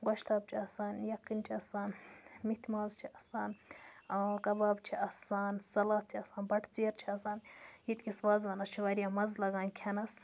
گۄشتاب چھِ آسان یَکھٕںۍ چھِ آسان میٚتھِ ماز چھِ آسان کَباب چھِ آسان سَلات چھِ آسان بَٹہٕ ژیرٕ چھِ آسان ییٚتِکِس وازوانَس چھِ واریاہ مَزٕ لَگان کھیٚنَس